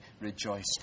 rejoice